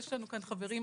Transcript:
יש לנו כאן חברים,